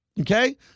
okay